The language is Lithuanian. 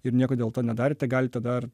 ir nieko dėl to nedarėte galite dar